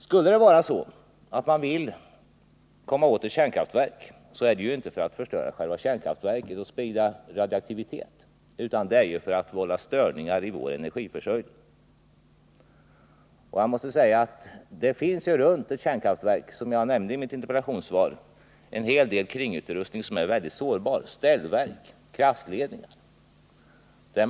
Skulle det vara så att man vill komma åt ett kärnkraftverk, så är det inte för att förstöra själva reaktorn och sprida radioaktivitet, utan det är för att störa vår energiförsörjning. Som jag nämnt i interpellationssvaret finns det vid ett kärnkraftverk en hel del kringutrustning som är sårbar, t.ex. ställverk och kraftledningar.